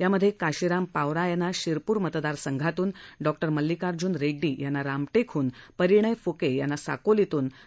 यात काशिराम पावरा यांना शिरपूर मतदारसंघातून डॉक्टर मल्लिकार्जुन रेड्डी यांना रामटेक परिनय फुके यांना साकोली